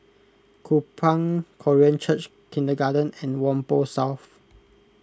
Kupang Korean Church Kindergarten and Whampoa South